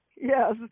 Yes